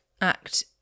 Act